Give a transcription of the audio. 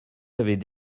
avait